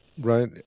Right